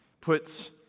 puts